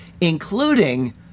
including